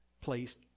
placed